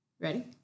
Ready